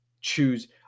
choose